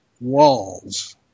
walls